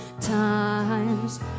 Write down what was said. times